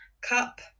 cup